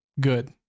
good